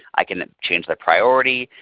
i can change the priority,